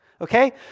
okay